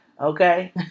okay